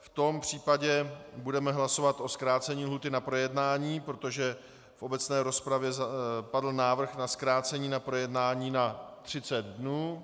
V tom případě budeme hlasovat o zkrácení lhůty na projednání, protože v obecné rozpravě padl návrh na zkrácení na projednání na 30 dnů.